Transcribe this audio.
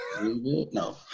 No